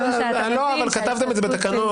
כתבתם את זה בתקנות.